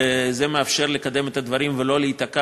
וזה מאפשר לקדם את הדברים ולא להיתקע